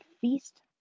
feast